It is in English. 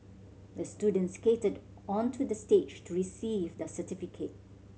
the student skated onto the stage to receive the certificate